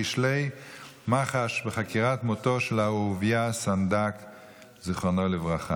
כשלי מח"ש בחקירת מותו של אהוביה סנדק ז"ל,